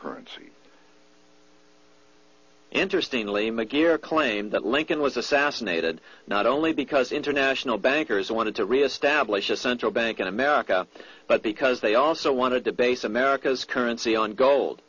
currency interesting lima gear claim that lincoln was assassinated not only because international bankers wanted to reestablish a central bank in america but because they also wanted to base america's currency on gold